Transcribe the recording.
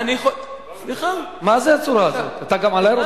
ותנמיך את הקול שלך.